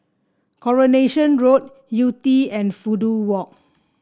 Coronation Road Yew Tee and Fudu Walk